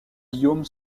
guillaume